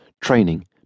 training